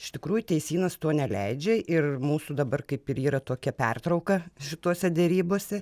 iš tikrųjų teisynas to neleidžia ir mūsų dabar kaip ir yra tokia pertrauka šitose derybose